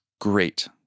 great